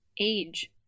age